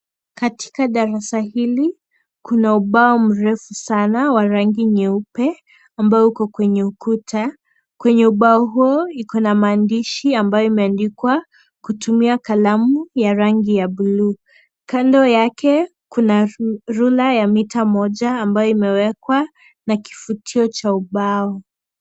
Katika darasa hili kuna ubao mrefu sana wa rangi nyeupe ambayo uko kwenye ukuta. Kwenye ubao huo iko na maandishi ambayo imeandikwa kutumia kalamu ya rangi ya bluu. Kando yake kuna rula ya mita moja ambayo imewekwa na kifutio cha ubao.